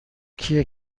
کیه